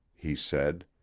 he said,